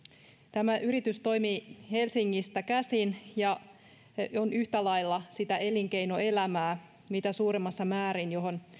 tämä yritys toimii helsingistä käsin ja on yhtä lailla sitä elinkeinoelämää mitä suurimmassa määrin johon